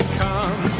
come